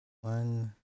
one